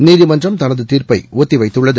நீதிமன்றம் தனது தீா்ப்பை ஒத்தி வைத்துள்ளது